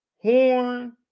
Horn